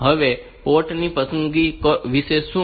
હવે પોર્ટ ની પસંદગી વિશે શું